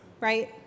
right